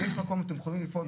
יש מקום אתם יכולים לפעול,